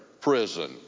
prison